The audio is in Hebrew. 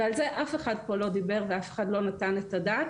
ועל זה אף אחד פה לא דיבר ואף אחד לא נתן את הדעת,